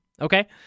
Okay